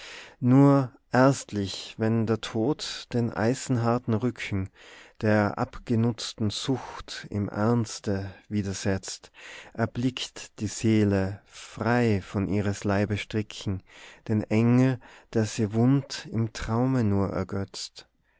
nur erstlich wenn der tod den eisenharten rücken der abgenutzten sucht im ernste widersetzt erblickt die seele frei von ihres leibes stricken den angel der sie wund im traume nur ergötzt